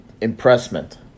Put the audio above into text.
impressment